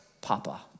papa